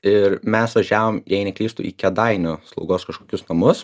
ir mes važiavom jei neklystu į kėdainių slaugos kažkokius namus